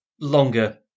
longer